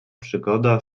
przygoda